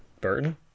Burton